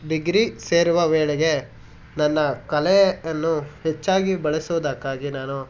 degree ಸೇರುವ ವೇಳೆಗೆ ನನ್ನ ಕಲೆಯನ್ನು ಹೆಚ್ಚಾಗಿ ಬಳಸುವುದಕ್ಕಾಗಿ ನಾನು